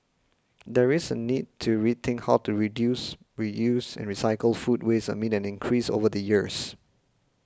there is a need to rethink how to reduce reuse and recycle food waste amid an increase over the years